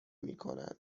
میکنند